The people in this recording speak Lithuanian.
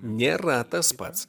nėra tas pats